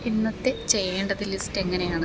ഇന്നത്തെ ചെയ്യേണ്ടത് ലിസ്റ്റ് എങ്ങനെയാണ്